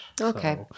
Okay